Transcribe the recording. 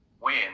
win